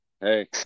Hey